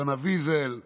יונה ויזל ואחרים.